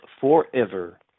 forever